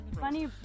funny